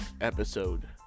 episode